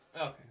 okay